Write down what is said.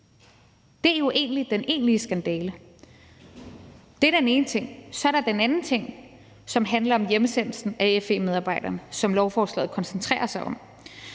Det er jo den egentlige skandale. Det er den ene ting. Så er der den anden ting, som handler om hjemsendelsen af FE-medarbejdere, som lovforslaget koncentrerer sig om.